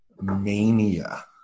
mania